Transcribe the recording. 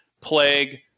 plague